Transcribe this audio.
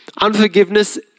Unforgiveness